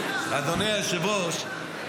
אדוני היושב-ראש,